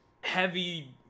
heavy